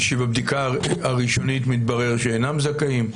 שבבדיקה הראשונית מתברר שאינם זכאים?